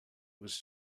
was